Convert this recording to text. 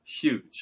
huge